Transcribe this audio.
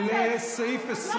תודה רבה.